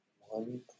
One